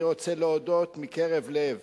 אני רוצה להודות מקרב לב